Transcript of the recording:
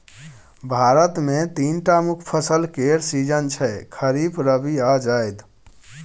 भारत मे तीनटा मुख्य फसल केर सीजन छै खरीफ, रबी आ जाएद